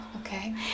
Okay